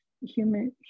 human